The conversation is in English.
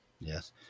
Yes